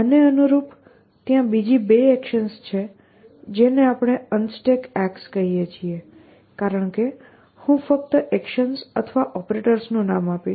આને અનુરૂપ ત્યાં બીજી બે એકશન્સ છે જેને આપણે Unstack કહીએ છીએ કારણ કે હું ફક્ત એકશન્સ અથવા ઓપરેટર્સનું નામ આપીશ